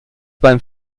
beim